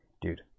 dude